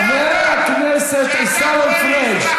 שאתה קורא לאזרחיה חבר הכנסת עיסאווי פריג',